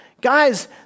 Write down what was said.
Guys